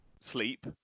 sleep